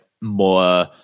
more